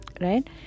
Right